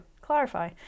clarify